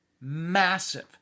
massive